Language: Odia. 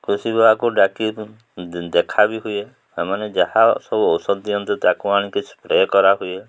କୃଷି ବିଭାଗକୁ ଡାକି ଦେଖା ବି ହୁଏ ସେମାନେ ଯାହା ସବୁ ଔଷଧ ଦିଅନ୍ତେ ତାକୁ ଆଣିକି ସ୍ପ୍ରେ କରା ହୁଏ